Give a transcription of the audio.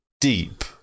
deep